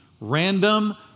random